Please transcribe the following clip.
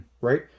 right